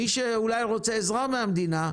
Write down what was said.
מי שאולי רוצה עזרה מהמדינה,